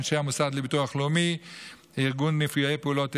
את אנשי המוסד לביטוח לאומי וארגון נפגעי פעולת איבה.